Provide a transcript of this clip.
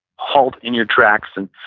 halt in your tracks and